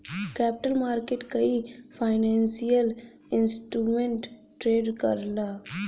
capital market कई financial instrument trade करला